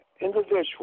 individual